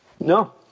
No